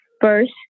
first